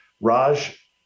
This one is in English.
Raj